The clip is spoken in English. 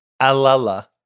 Alala